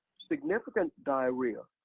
significant diarrhea,